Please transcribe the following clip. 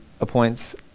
appoints